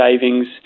savings